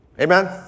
Amen